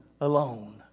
alone